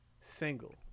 single